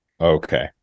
Okay